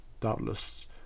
Doubtless